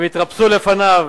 שהם התרפסו לפניו,